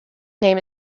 name